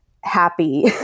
happy